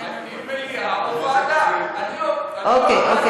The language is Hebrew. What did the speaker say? דיון מליאה או ועדה, אוקיי.